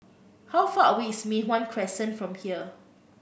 how far away is Mei Hwan Crescent from here